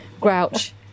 grouch